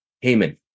Haman